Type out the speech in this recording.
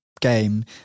game